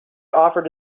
offered